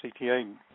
CTA